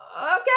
okay